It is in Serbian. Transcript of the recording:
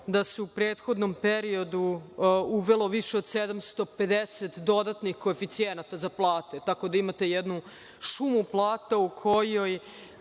da se u prethodnom periodu uvelo više od 750 dodatnih koeficijenata za plate. Tako da imate jednu šumu plata u kojoj